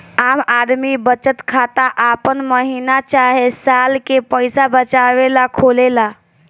आम आदमी बचत खाता आपन महीना चाहे साल के पईसा बचावे ला खोलेले